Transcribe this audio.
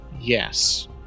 Yes